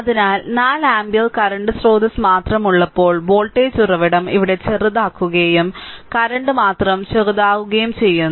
അതിനാൽ 4 ampere current സ്രോതസ്സ് മാത്രമുള്ളപ്പോൾ വോൾട്ടേജ് ഉറവിടം ഇവിടെ ചെറുതാക്കുകയും കറന്റ് മാത്രം ചെറുതാക്കുകയും ചെയ്യുന്നു